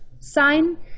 Sign